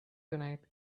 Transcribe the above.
tonight